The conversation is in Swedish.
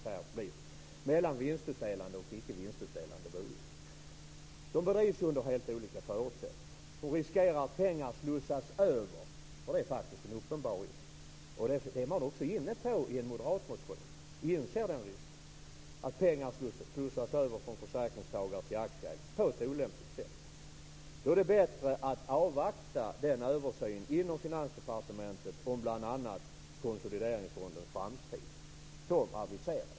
Vinstutdelande bolag och icke vinstutdelande bolag drivs under helt olika förutsättningar. Det är en uppenbar risk att pengar slussas över från försäkringstagare till aktieägare på ett olämpligt sätt. Det inser man också i en moderatmotion. Då är det bättre att avvakta den översyn som aviseras inom Finansdepartementet om bl.a. konsolideringsfondens framtid.